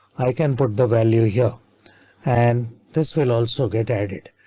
i can put the value here an this will also get added.